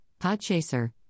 PodChaser